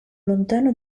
lontano